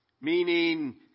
meaning